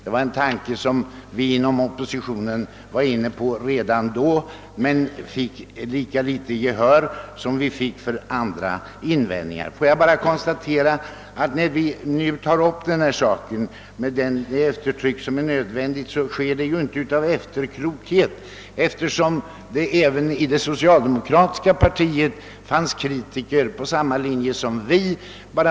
Detta var en tanke som vi inom oppositionen var inne på redan vid det aktuella tillfället, men vi fick lika litet gehör för den som för andra invändningar. Låt mig endast konstatera att när vi nu tar upp denna sak med det eftertryck som är nödvändigt, så sker det inte av efterklokhet, eftersom vi 1965 yrkade avslag och det även inom det socialdemokratiska partiet fanns kritiker.